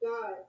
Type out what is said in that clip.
God